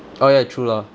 oh ya true lah